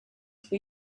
for